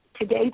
today